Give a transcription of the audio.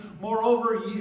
Moreover